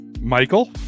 Michael